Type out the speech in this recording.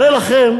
הרי לכם